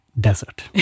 desert